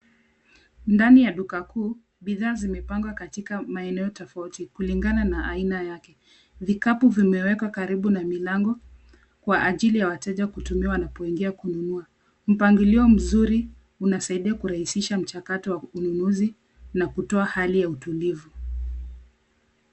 Ndani ya duka kuu, bidhaa zimepangwa katika maeneo tofauti kulingana na aina yake. Vikapu vimewekwa karibu na milango kwa ajili ya wateja kutumia wanapo ingia kununua. Mpangilio mzuri unasaidia kurahisisha mchakato wa ununuzi na hutoa hali ya utulivu.